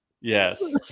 Yes